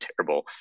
terrible